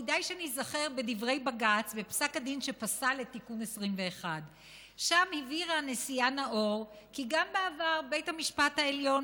כדאי שניזכר בדברי בג"ץ בפסק הדין שפסל את תיקון 21. שם הבהירה הנשיאה נאור כי גם בעבר בית המשפט העליון